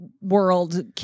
world